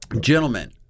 Gentlemen